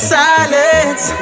silence